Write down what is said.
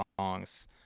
songs